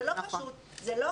זה לא פשוט וזה לא קל.